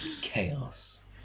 Chaos